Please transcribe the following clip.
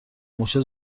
موشه